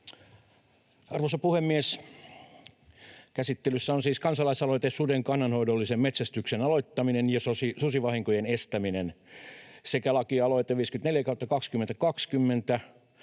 Arvoisa puhemies! Käsittelyssä on siis kansalaisaloite ”Suden kannanhoidollisen metsästyksen aloittaminen ja susivahinkojen estäminen” sekä lakialoite 54/2020,